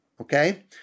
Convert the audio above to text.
Okay